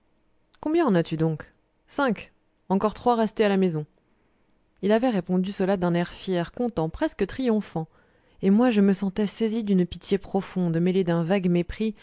combien en as-tu donc cinq encore trois restés à la maison il avait répondu cela d'un air fier content presque triomphant et moi je me sentais saisi d'une pitié profonde mêlée d'un vague mépris